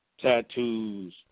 tattoos